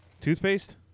Toothpaste